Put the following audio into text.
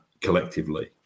collectively